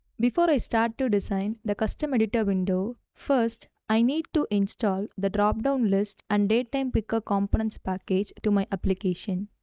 before i start to design the custom editor window first i need to install the dropdown list and datetimepicker components package to my application.